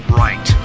right